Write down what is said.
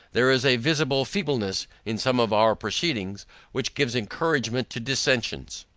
there is a visible feebleness in some of our proceedings which gives encouragement to dissentions.